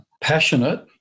passionate